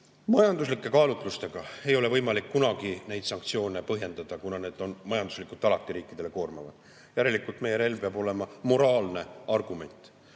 Majanduslike kaalutlustega ei ole võimalik kunagi neid sanktsioone põhjendada, kuna need on majanduslikult riikidele koormavad. Järelikult meie relv peab olema moraalne argument.